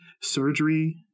surgery